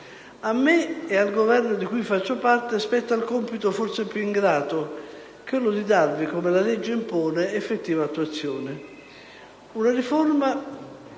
A me ed al Governo di cui faccio parte spetta il compito forse più ingrato: quello di darvi, come la legge impone, effettiva attuazione. Si tratta